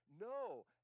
No